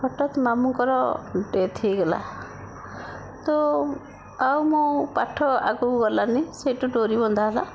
ହଠାତ ମାମୁଁଙ୍କର ଡେଥ୍ ହୋଇଗଲା ତ ଆଉ ମୋ ପାଠ ଆଉ ଆଗକୁ ଗଲାନି ସେଠୁ ଡୋରି ବନ୍ଧା ହେଲା